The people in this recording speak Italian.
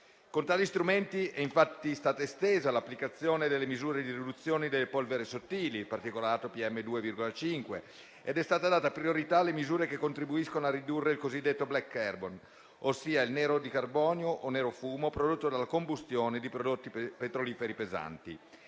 Con tali strumenti è infatti stata estesa l'applicazione delle misure di riduzione delle polveri sottili (il particolato PM 2,5) ed è stata data priorità alle misure che contribuiscono a ridurre il cosiddetto *black carbon*, ossia il nero di carbonio o nerofumo prodotto dalla combustione di prodotti petroliferi pesanti,